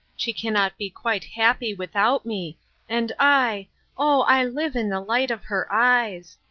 she cannot be quite happy without me and i oh, i live in the light of her eyes!